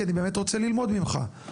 כי אני באמת רוצה ללמוד ממך.